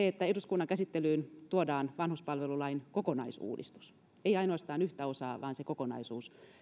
että eduskunnan käsittelyyn tuodaan vanhuspalvelulain kokonaisuudistus ei ainoastaan yhtä osaa vaan se kokonaisuus